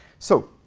so